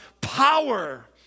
power